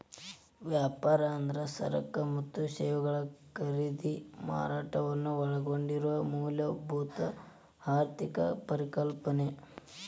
ವ್ಯಾಪಾರ ಅಂದ್ರ ಸರಕ ಮತ್ತ ಸೇವೆಗಳ ಖರೇದಿ ಮಾರಾಟವನ್ನ ಒಳಗೊಂಡಿರೊ ಮೂಲಭೂತ ಆರ್ಥಿಕ ಪರಿಕಲ್ಪನೆ